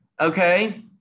okay